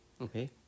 okay